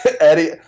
eddie